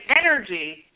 energy